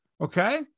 Okay